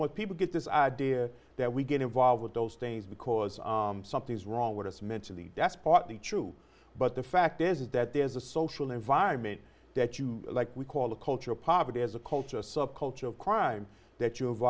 much people get this idea that we get involved with those things because something's wrong with us mentally that's partly true but the fact is that there's a social environment that you like we call a culture of poverty as a culture a subculture of crime that you